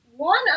One